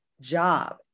job